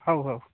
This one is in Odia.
ହଉ ହଉ